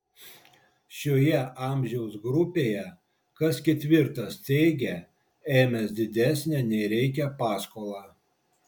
šioje amžiaus grupėje kas ketvirtas teigia ėmęs didesnę nei reikia paskolą